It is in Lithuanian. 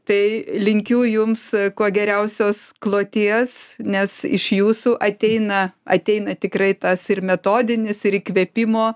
tai linkiu jums kuo geriausios kloties nes iš jūsų ateina ateina tikrai tas ir metodinis ir įkvėpimo